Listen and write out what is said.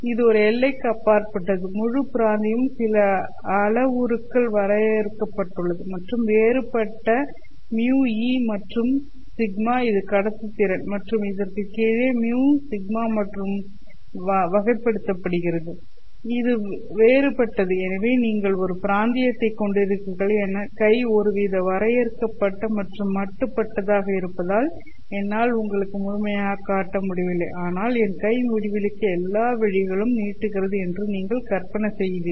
இது ஒரு எல்லைக்கு அப்பாற்பட்டது முழு பிராந்தியமும் சில அளவுருக்கள் வரையறுக்கப்பட்டுள்ளது மற்றும் வேறுபட்ட μ ε மற்றும் σ இது கடத்துத்திறன் மற்றும் இதற்குக் கீழே μ σ மற்றும் by வகைப்படுத்தப்படுகிறது இது வேறுபட்டது எனவே நீங்கள் ஒரு பிராந்தியத்தைக் கொண்டிருக்கிறீர்கள் என் கை ஒருவித வரையறுக்கப்பட்ட மற்றும் மட்டுப்படுத்தப்பட்டதாக இருப்பதால் என்னால் உங்களுக்குமுழுமையாகக் காட்ட முடியவில்லை ஆனால் என் கை முடிவிலிக்கு எல்லா வழிகளிலும் நீட்டுகிறது என்று நீங்கள் கற்பனை செய்கிறீர்கள்